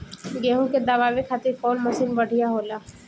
गेहूँ के दवावे खातिर कउन मशीन बढ़िया होला?